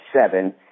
seven